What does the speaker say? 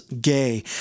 Gay